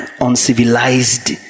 uncivilized